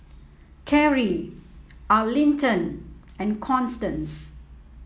Karrie Arlington and Constance